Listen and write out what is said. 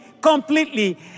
completely